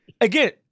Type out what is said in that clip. again